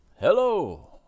Hello